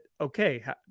okay